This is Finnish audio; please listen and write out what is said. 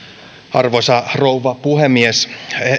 arvoisa rouva puhemies